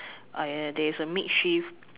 are there is a make shift